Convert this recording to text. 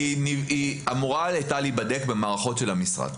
היא הייתה אמורה להיבדק במערכות של המשרד.